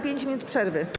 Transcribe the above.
5 minut przerwy.